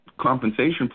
compensation